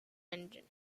engine